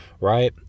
right